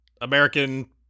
American